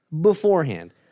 beforehand